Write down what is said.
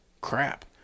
crap